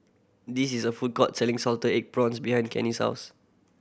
this is a food court selling salted egg prawns behind Cannie's house